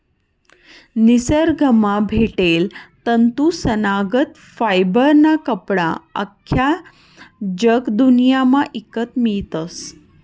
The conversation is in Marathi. निसरगंमा भेटेल तंतूसनागत फायबरना कपडा आख्खा जगदुन्यामा ईकत मियतस